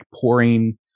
pouring